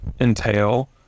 entail